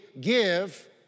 give